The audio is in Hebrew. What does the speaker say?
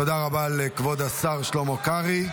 תודה רבה לכבוד השר שלמה קרעי.